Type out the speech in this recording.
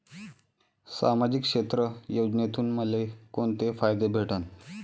सामाजिक क्षेत्र योजनेतून मले कोंते फायदे भेटन?